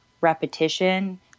repetition